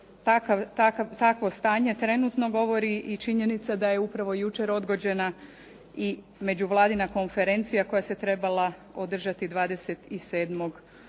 takvo stanje trenutno govori i činjenica da je upravo jučer odgođena i međuvladina konferencija koja se trebala održati 27. ožujka,